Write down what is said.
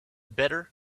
better